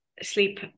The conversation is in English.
sleep